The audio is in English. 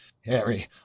Harry